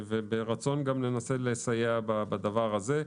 ברצון ננסה לסייע בדבר הזה.